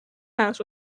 house